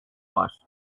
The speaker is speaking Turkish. var